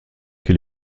que